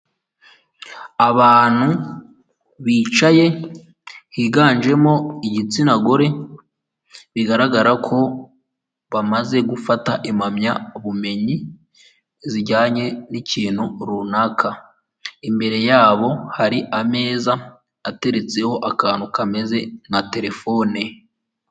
Abantu bicaye higanjemo igitsina gore bigaragara ko bamaze gufata impamyabumenyi zijyanye n'ikintu runaka, imbere yabo hari ameza ateretseho akantu kameze nka telefone.